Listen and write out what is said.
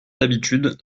d’habitude